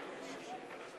של חבר הכנסת מאיר